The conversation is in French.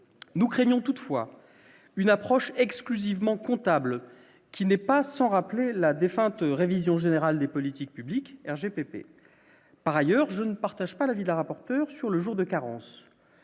nous craignons toutefois une approche exclusivement comptable qui n'est pas sans rappeler la défunte révision générale des politiques publiques RGPP, par ailleurs, je ne partage pas l'avis de la rapporteur sur le jour de carence